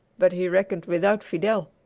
but he reckoned without fidel,